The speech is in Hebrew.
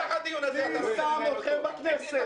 מי שם אתכם בכנסת?